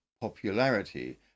popularity